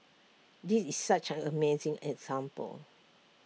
this is such an amazing example